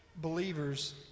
believers